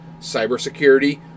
cybersecurity